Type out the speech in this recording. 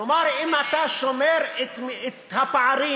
כלומר, אם אתה שומר את הפערים